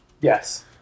Yes